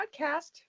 podcast